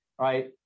right